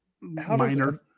minor-